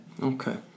okay